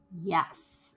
Yes